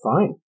fine